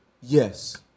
Yes